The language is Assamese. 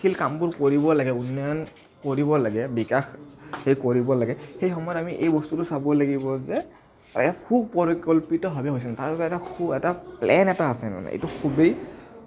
শীল কামবোৰ কৰিব লাগে উন্নয়ন কৰিব লাগে বিকাশ সেই কৰিব লাগে সেই সময়ত আমি এই বস্তুটো চাব লাগিব যে সুপৰিকল্পিতভাৱে হৈছেনে তাৰবাবে এটা প্লেন এটা আছে মানে এইটো খুবেই